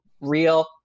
real